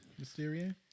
Mysterio